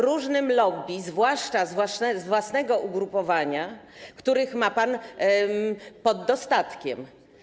różnym lobby, zwłaszcza z własnego ugrupowania, których ma pan pod dostatkiem?